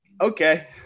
okay